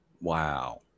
Wow